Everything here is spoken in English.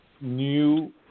new